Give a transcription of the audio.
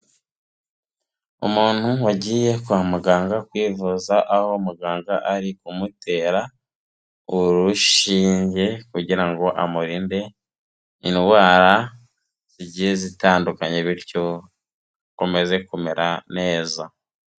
Umuntu wagiye kwa muganga kwivuza aho muganga ari kumutera urushinge kugira ngo amurinde, indwara zigiye zitandukanye bityo akomeze kumera neza.